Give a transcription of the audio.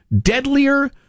Deadlier